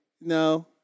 No